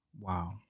Wow